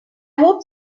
hope